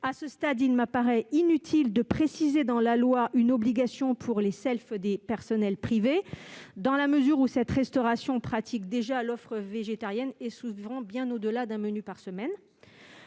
À ce stade, il me paraît inutile de préciser dans la loi une obligation pour les self-services des personnels privés, dans la mesure où cette restauration pratique déjà l'offre végétarienne, souvent bien au-delà d'un menu par semaine.